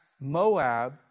Moab